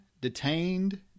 Detained